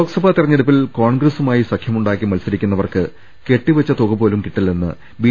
ലോക്സഭാ തെരഞ്ഞെടുപ്പിൽ കോൺഗ്രസ്സുമായി സഖ്യമുണ്ടാക്കി മത്സരിക്കുന്നവർക്ക് കെട്ടിവെച്ച തുക പോലും കിട്ടില്ലെന്ന് ബി